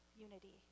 unity